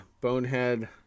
bonehead